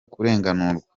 kurenganurwa